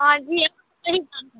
आओर जे